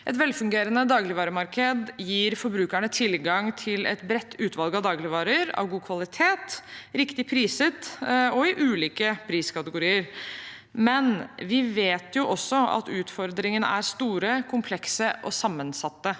Et velfungerende dagligvaremarked gir forbrukerne tilgang til et bredt utvalg av dagligvarer av god kvalitet, riktig priset og i ulike priskategorier, men vi vet også at utfordringene er store, komplekse og sammensatte.